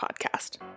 Podcast